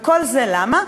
וכל זה למה?